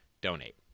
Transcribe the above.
donate